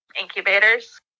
incubators